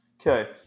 Okay